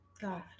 god